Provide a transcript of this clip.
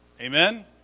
Amen